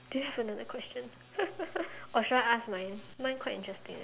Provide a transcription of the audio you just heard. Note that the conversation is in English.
do you have another question or should I ask my mine quite interesting eh